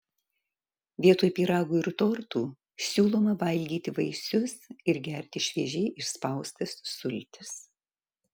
vietoj pyragų ir tortų siūloma valgyti vaisius ir gerti šviežiai išspaustas sultis